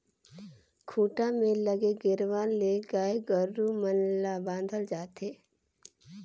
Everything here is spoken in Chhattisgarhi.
खूंटा में लगे गेरवा ले गाय गोरु मन ल बांधल जाथे